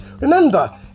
Remember